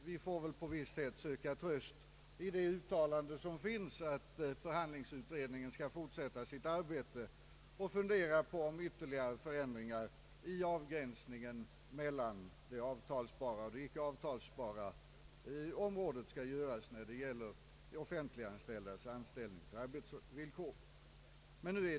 Vi får väl på visst sätt söka tröst i det uttalande som gjorts om att förhandlingsutredningen skall fortsätta sitt arbete och fundera på om ytterligare förändringar i avgränsningen mellan det avtalsbara och icke avtalsbara området skall göras när det gäller de offentliganställdas anställningsoch arbetsvillkor.